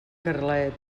carlet